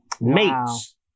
mates